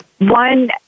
One